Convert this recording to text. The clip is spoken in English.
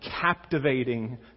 captivating